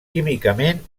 químicament